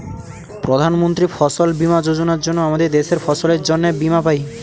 প্রধান মন্ত্রী ফসল বীমা যোজনার জন্য আমাদের দেশের ফসলের জন্যে বীমা পাই